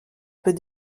peut